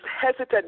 hesitant